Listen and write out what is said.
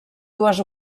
dues